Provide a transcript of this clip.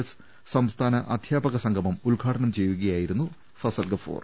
S സംസ്ഥാന അധ്യാപക സംഗമം ഉദ്ഘാടനം ചെയ്യുകയായിരുന്നു ഫസൽഗ ഫൂർ